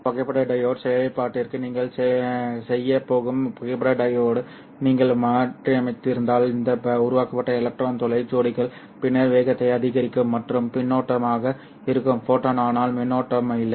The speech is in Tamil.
புகைப்பட டையோடு செயல்பாட்டிற்கு நீங்கள் செய்யப் போகும் புகைப்பட டையோடு நீங்கள் மாற்றியமைத்திருந்தால் இந்த உருவாக்கப்பட்ட எலக்ட்ரான் துளை ஜோடிகள் பின்னர் வேகத்தை அதிகரிக்கும் மற்றும் மின்னோட்டமாக இருக்கும் ஃபோட்டான் ஆனால் மின்னோட்டமில்லை